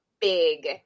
big